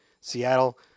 Seattle